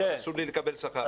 אבל אסור לי לקבל שכר.